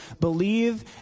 believe